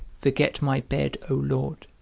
forget my bed, o lord,